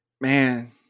man